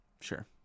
sure